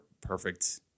perfect